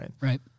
right